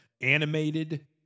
animated